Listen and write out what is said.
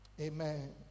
Amen